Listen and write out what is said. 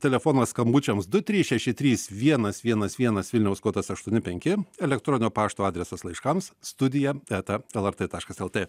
telefonas skambučiams du trys šeši trys vienas vienas vienas vilniaus kodas aštuoni penki elektroninio pašto adresas laiškams studija eta lrt taškas lt